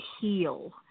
heal